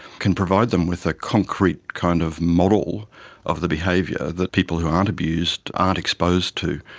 can provide them with a concrete kind of model of the behaviour that people who aren't abused aren't exposed to.